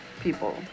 people